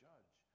Judge